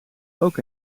ook